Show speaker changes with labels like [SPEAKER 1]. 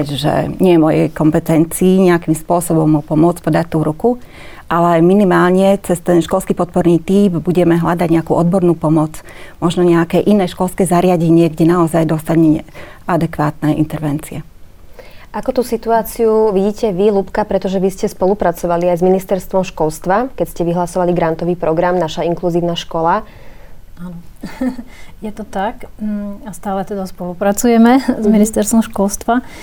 [SPEAKER 1] že nie je mojej kompetencii nejakým spôsobom mu pomôcť podať tú ruku, ale minimálne cez ten školský podporný tím budeme hľadať nejakú odbornú pomoc, možno nejaké iné školské zariadenie, kde naozaj dostane adekvátne intervencie.
[SPEAKER 2] Ako tú situáciu vidíte vy, Lubka, pretože vy ste spolupracovali aj s Ministerstvom školstva, keď ste vyhlasovali grantový program Naša inkluzívna škola?
[SPEAKER 3] Áno. Je to tak. Mm, a stále teda spolupracujeme s
[SPEAKER 2] Mhm.
[SPEAKER 3] Ministerstvom školstva.